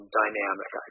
dynamic